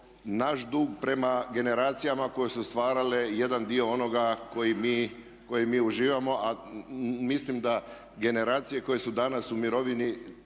naš dug prema generacijama koje su stvarale jedan dio onoga koji mi uživamo a mislim da generacije koje su danas u mirovini